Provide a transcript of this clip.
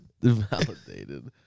Validated